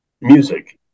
music